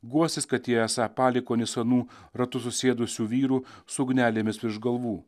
guostis kad jie esą palikuonys anų ratu susėdusių vyrų su ugnelėmis virš galvų